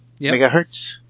megahertz